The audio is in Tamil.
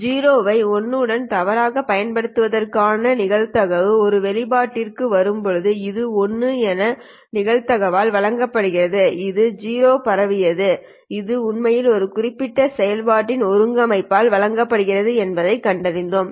0 ஐ 1 உடன் தவறாகப் பயன்படுத்துவதற்கான நிகழ்தகவுக்கான ஒரு வெளிப்பாட்டிற்கு வரும்போது இது 1 இன் நிகழ்தகவால்லால் வழங்கப்படுகிறது இது 0 பரவியது இது உண்மையில் இந்த குறிப்பிட்ட செயல்பாட்டின் ஒருங்கிணைப்பால் வழங்கப்படுகிறது என்பதைக் கண்டறிந்தோம்